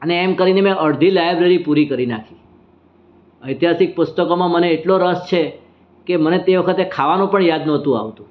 અને એમ કરીને મેં અડધી લાઈબ્રેરી પૂરી કરી નાખી ઐતિહાસિક પુસ્તકોમાં મને એટલો રસ છે કે મને તે વખતે ખાવાનું પણ યાદ નહોતું આવતું